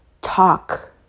talk